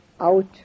out